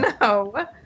no